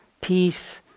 peace